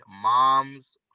mom's